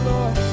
Lord